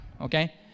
okay